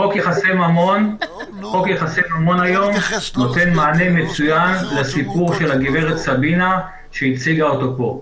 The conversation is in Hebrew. חוק יחסי ממון היום נותן מענה מצוין לסיפור שגב' סבינה הציגה פה.